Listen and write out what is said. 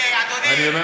סליחה, אדוני.